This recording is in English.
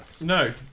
No